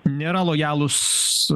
nėra lojalūs